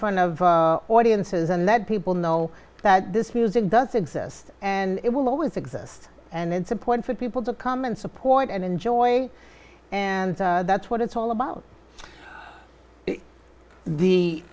front of audiences and let people know that this music does exist and it will always exist and it's important for people to come and support and enjoy and that's what it's all about the